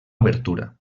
obertura